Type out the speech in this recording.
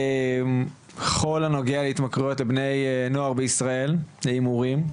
בכל הנוגע להתמכרויות בני נוער בישראל להימורים.